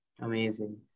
Amazing